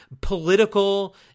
political